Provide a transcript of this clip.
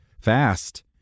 fast